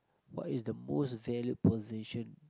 what is the most valued possession